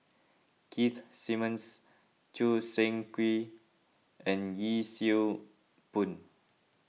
Keith Simmons Choo Seng Quee and Yee Siew Pun